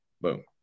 Boom